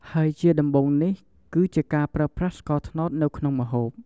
ហើយជាដំបូងនេះ គឺជាការប្រើប្រាស់ស្ករត្នោតនៅក្នុងម្ហូប។